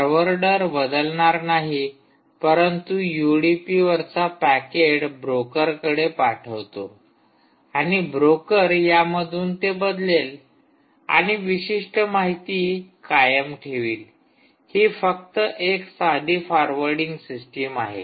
forwarder बदलणार नाही परंतु युडीपी वरचा पॅकेट ब्रोकरकडे पाठवतो आणि ब्रोकर यामधून ते बदलेल आणि विशिष्ट माहिती कायम ठेवेल हि फक्त एक साधी फॉरवर्डिंग सिस्टम आहे